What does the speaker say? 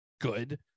good